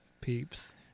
peeps